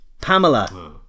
Pamela